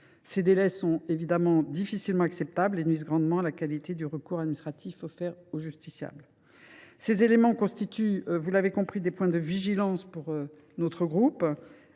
Ces délais sont difficilement acceptables et nuisent grandement à la qualité du recours administratif offert aux justiciables. Ces éléments constituent, vous l’avez compris, des points de vigilance pour les membres